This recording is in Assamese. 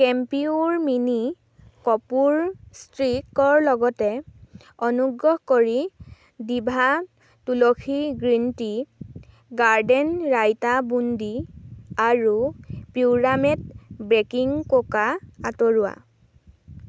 কেম্পিউৰ মিনি কৰ্পূৰ ষ্ট্ৰিকৰ লগতে অনুগ্ৰহ কৰি ডিভা তুলসী green tea garden raita boondi আৰু পিউৰামেট বেকিং কোকা আঁতৰোৱা